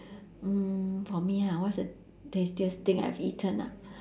mm for me ha what's the tastiest thing I've eaten ah